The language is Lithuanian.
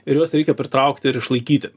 ir juos reikia pritraukti ir išlaikyti